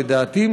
לדעתי,